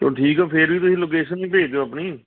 ਚਲੋ ਠੀਕ ਹੈ ਫਿਰ ਵੀ ਤੁਸੀਂ ਲੋਕੇਸ਼ਨ ਵੀ ਭੇਜ ਦਿਓ ਆਪਣੀ